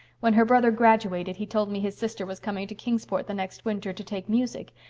when her brother graduated he told me his sister was coming to kingsport the next winter to take music,